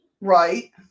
Right